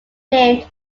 named